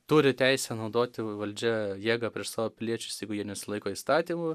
turi teisę naudoti valdžia jėgą prieš savo piliečius jeigu jie nesilaiko įstatymų